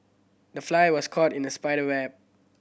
the fly was caught in the spider web